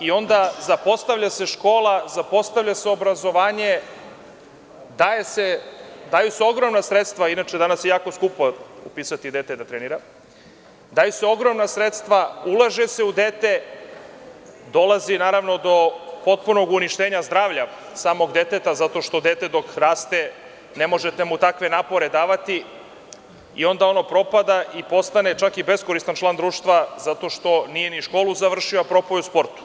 Onda se zapostavlja škola, zapostavlja se obrazovanje, daju se ogromna sredstva, inače danas je jako skupo upisati dete da trenira, daju se ogromna sredstva, ulaže se u dete, dolazi naravno do potpunog uništenja zdravlja samog deteta, zato što dete dok raste ne možete mu takve napore davati i onda ono propada i postane i čak beskoristan član društva zato što nije ni školu završio, a propao je u sportu.